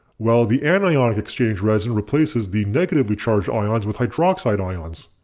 while the anionic exchange resin replaces the negatively charged ions with hydroxide ions.